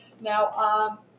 Now